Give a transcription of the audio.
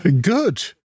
Good